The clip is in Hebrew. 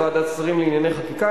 לוועדת השרים לענייני חקיקה,